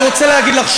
אני רוצה להגיד לך,